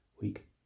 week